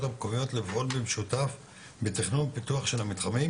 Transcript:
המקומיות לפעול במשותף בתכנון פיתוח של המתחמים,